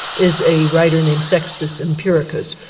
is a writer named sextus empiricus